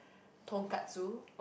tonkatsu